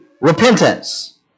repentance